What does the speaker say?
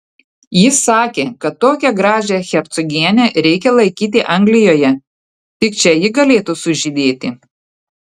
jis sakė kad tokią gražią hercogienę reikia laikyti anglijoje tik čia ji galėtų sužydėti